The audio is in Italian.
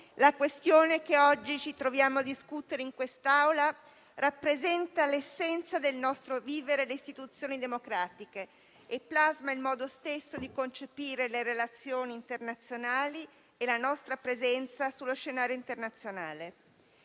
la questione che oggi ci troviamo a discutere in quest'Aula rappresenta l'essenza del nostro vivere le istituzioni democratiche e plasma il modo stesso di concepire le relazioni internazionali e la nostra presenza sullo scenario internazionale.